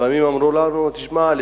לפעמים אמרו לנו: תשמעו,